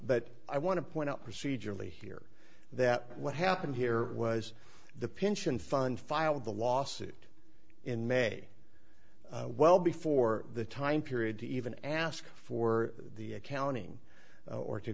but i want to point out procedurally here that what happened here was the pension fund filed the lawsuit in may well before the time period to even ask for the accounting or to